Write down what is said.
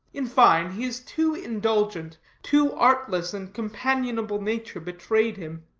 in fine, his too indulgent, too artless and companionable nature betrayed him.